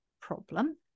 problem